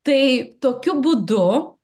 tai tokiu būdu